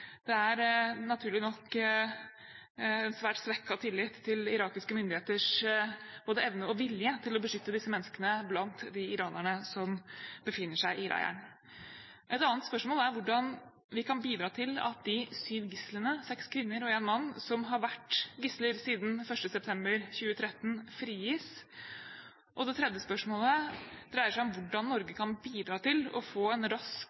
Det er, naturlig nok, svært svekket tillit til irakiske myndigheters både evne og vilje til å beskytte disse menneskene blant de iranerne som befinner seg i leiren. Et annet spørsmål er hvordan vi kan bidra til at de syv gislene, seks kvinner og én mann, som har vært gisler siden 1. september 2013, frigis. Det tredje spørsmålet dreier seg om hvordan Norge kan bidra til å få en rask,